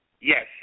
Yes